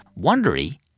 Wondery